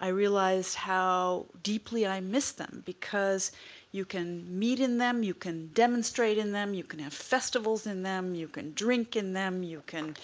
i realized how deeply i missed them because you can meet in them, you can demonstrate in them, you can have festivals in them, you can drink in them, you can